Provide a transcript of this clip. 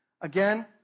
Again